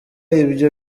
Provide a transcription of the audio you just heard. ibyo